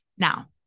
Now